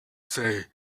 say